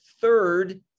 third